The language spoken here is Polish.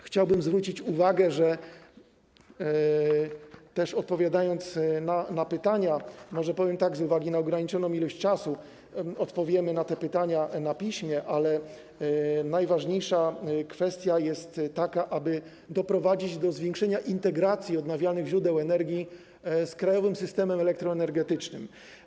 Chciałbym zwrócić uwagę, odpowiadając na pytania, że z uwagi na ograniczoną ilość czasu odpowiemy na te pytania na piśmie, ale najważniejsza kwestia jest taka, aby doprowadzić do zwiększenia integracji odnawialnych źródeł energii z krajowym systemem elektroenergetycznym.